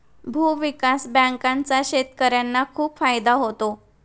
भूविकास बँकांचा शेतकर्यांना खूप फायदा होतो